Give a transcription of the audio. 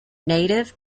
native